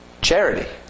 charity